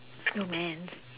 oh man